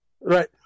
Right